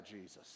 Jesus